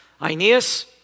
Aeneas